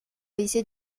一些